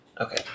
Okay